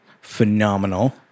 phenomenal